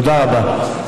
תודה רבה.